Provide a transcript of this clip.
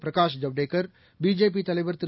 Prakash Javadekar BJP தலைவர் திரு